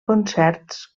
concerts